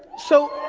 so,